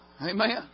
Amen